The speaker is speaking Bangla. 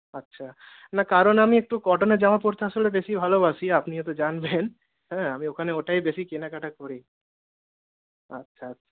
আচ্ছা না কারণ আমি একটু কটনের জামা পড়তে আসলে বেশি ভালোবাসি আপনি হয়তো জানবেন হ্যাঁ আমি ওখানে ওটাই বেশী কেনাকাটা করি আচ্ছা আচ্ছা